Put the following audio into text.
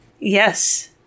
yes